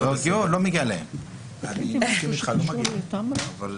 והם לא העבירו לנו בקשה מנומקת מבעוד מועד,